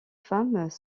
femmes